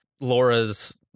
Laura's